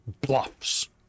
bluffs